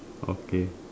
okay